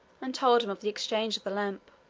and told him of the exchange of the lamp.